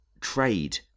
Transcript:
trade